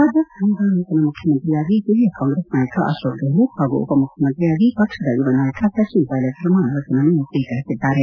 ರಾಜಸ್ತಾನದ ನೂತನ ಮುಖ್ಯಮಂತ್ರಿಯಾಗಿ ಹಿರಿಯ ಕಾಂಗ್ರೆಸ್ ನಾಯಕ ಅಶೋಕ್ ಗೆಹ್ಲೋತ್ ಹಾಗೂ ಉಪಮುಖ್ಯಮಂತ್ರಿಯಾಗಿ ಪಕ್ಷದ ಯುವ ನಾಯಕ ಸಚಿನ್ ಪೈಲೆಟ್ ಪ್ರಮಾಣವಚನವನ್ನು ಸ್ವೀಕರಿಸಿದ್ದಾರೆ